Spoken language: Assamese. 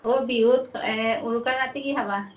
অঁ বিহুত উৰুকা ৰাতি কি খাবা